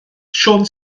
siôn